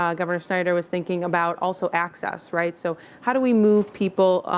um governor schneider was thinking about also access right? so how do we move people?